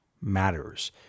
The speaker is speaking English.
matters